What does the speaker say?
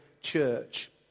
church